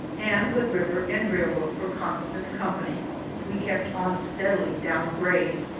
and with river and railroad for constant company we kept on steadily down grade,